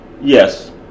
yes